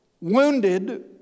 wounded